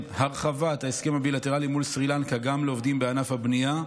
הרחבת ההסכם הבילטרלי מול סרי לנקה גם לעובדים בענף הבנייה.